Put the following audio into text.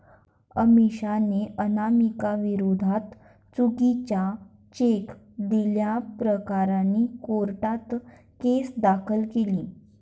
अमिषाने अनामिकाविरोधात चुकीचा चेक दिल्याप्रकरणी कोर्टात केस दाखल केली